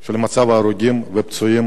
של מצב ההרוגים והפצועים